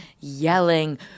yelling